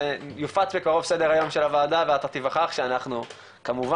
יופץ בקרב סדר היום של הוועדה ואתה תיווכח שאנחנו כמובן,